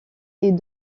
est